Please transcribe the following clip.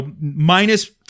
minus